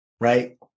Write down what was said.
right